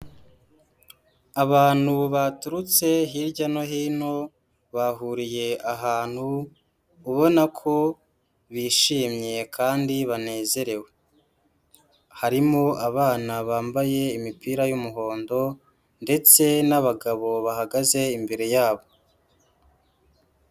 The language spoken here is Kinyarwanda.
Abantu baturutse hirya no hino bahuriye ahantu ubona ko bishimye kandi banezerewe. Harimo abana bambaye imipira y'umuhondo ndetse n'abagabo bahagaze imbere yabo.